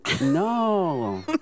No